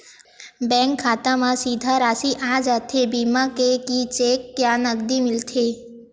Bank खाता मा सीधा राशि आ जाथे बीमा के कि चेक या नकदी मिलथे?